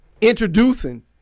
introducing